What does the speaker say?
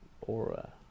Aura